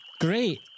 great